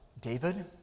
David